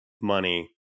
money